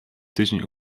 tydzień